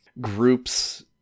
groups